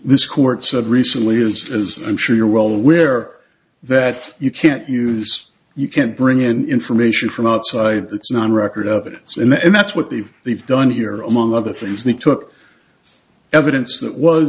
this court said recently used as i'm sure you're well aware that you can't use you can't bring in information from outside it's not a record of it it's him and that's what they've they've done here among other things they took evidence that was